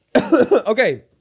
Okay